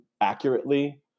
accurately